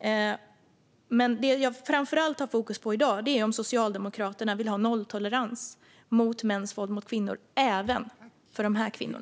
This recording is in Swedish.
Det jag framför allt har fokus på i dag är om Socialdemokraterna vill ha nolltolerans mot mäns våld mot kvinnor även för dessa kvinnor.